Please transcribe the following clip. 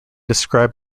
describe